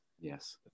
Yes